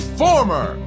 former